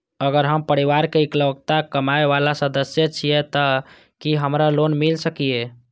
अगर हम परिवार के इकलौता कमाय वाला सदस्य छियै त की हमरा लोन मिल सकीए?